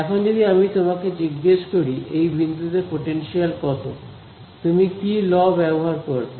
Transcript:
এখন যদি আমি তোমাকে জিজ্ঞেস করি এই বিন্দুতে পোটেনশিয়াল কত তুমি কি ল ব্যবহার করবে